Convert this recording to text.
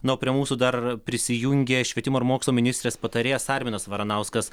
na o prie mūsų dar prisijungė švietimo ir mokslo ministrės patarėjas arminas varanauskas